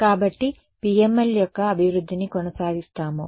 కాబట్టి PML యొక్క అభివృద్ధిని కొనసాగిస్తాము